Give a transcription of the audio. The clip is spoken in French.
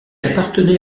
appartenait